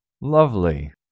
Lovely